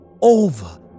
over